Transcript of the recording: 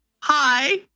Hi